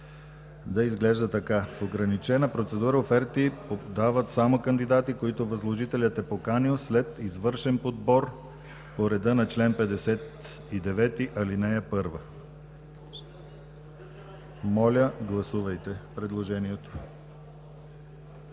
да изглежда така: „В ограничена процедура оферти подават само кандидати, които възложителят е поканил по извършен подбор по реда на чл. 59, ал. 1.” Моля, гласувайте.